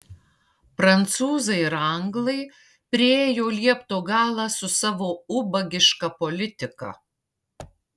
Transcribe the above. prancūzai ir anglai priėjo liepto galą su savo ubagiška politika